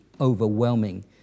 overwhelming